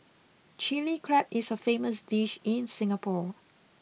Chilli Crab is a famous dish in Singapore